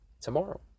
tomorrow